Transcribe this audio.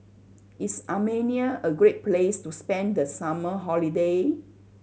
is Armenia a great place to spend the summer holiday